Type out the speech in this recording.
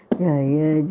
jaya